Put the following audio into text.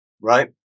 right